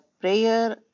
prayer